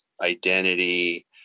identity